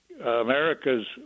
America's